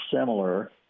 similar